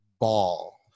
ball